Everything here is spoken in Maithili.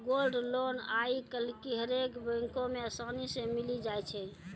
गोल्ड लोन आइ काल्हि हरेक बैको मे असानी से मिलि जाय छै